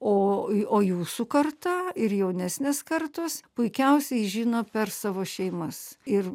o o o jūsų karta ir jaunesnės kartos puikiausiai žino per savo šeimas ir